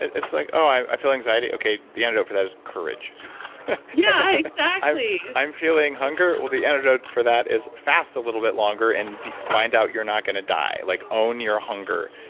it's like, i feel anxiety. the antidote for that is courage yeah, exactly i'm feeling hunger. well the antidote for that is fast a little bit longer and find out you're not going to die. like own your hunger.